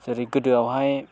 जेरै गोदोआवहाय